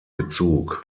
bezug